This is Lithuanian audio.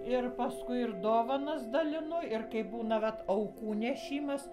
ir paskui ir dovanas dalinu ir kai būna vat aukų nešimas